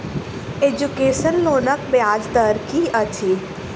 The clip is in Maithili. एजुकेसन लोनक ब्याज दर की अछि?